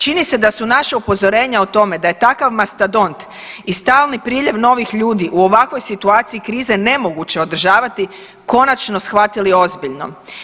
Čini se da su naša upozorenja o tome da je takav mastodont i stalni priljev novih ljudi u ovakvoj situaciji krize nemoguće održavati konačno shvatili ozbiljno.